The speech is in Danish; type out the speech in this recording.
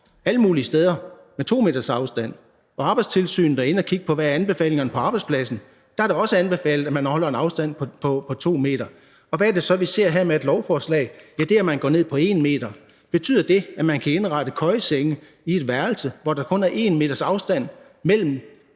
alle mulige steder med 2 meters afstand. Og Arbejdstilsynet er inde at kigge på, hvad der er anbefalingerne på arbejdspladsen. Der er det også anbefalet, at man holder en afstand på 2 m. Og hvad er det så, vi ser her i et lovforslag? Ja, det er, at man går ned på 1 m. Betyder det, at man kan indrette køjesenge i et værelse, hvor der kun er 1 meters afstand mellem